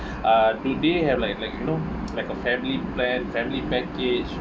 uh do they have like like you know like a family plan family package